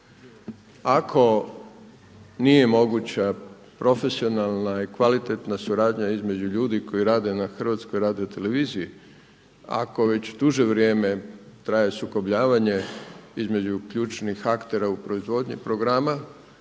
Ako nije moguća profesionalna i kvalitetna suradnja između ljudi koji rade na HRT-u, ako već duže vrijeme traje sukobljavanja između ključnih aktera u proizvodnji programa,